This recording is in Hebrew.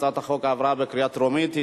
הצעת החוק עברה בקריאה טרומית,